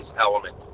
element